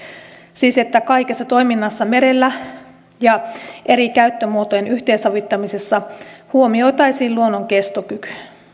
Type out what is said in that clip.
siis että kaikessa toiminnassa merellä ja eri käyttömuotojen yhteensovittamisessa huomioitaisiin luonnon kestokyky